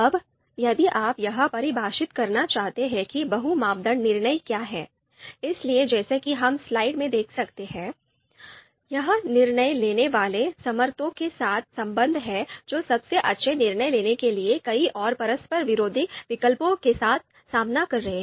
अब यदि आप यह परिभाषित करना चाहते हैं कि बहु मापदंड निर्णय क्या है इसलिए जैसा कि हम स्लाइड में देख सकते हैं यह निर्णय लेने वाले समर्थकों के साथ संबंध है जो सबसे अच्छा निर्णय लेने के लिए कई और परस्पर विरोधी विकल्पों के साथ सामना कर रहे हैं